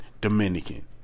Dominican